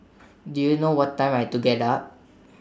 do you know what time I to get up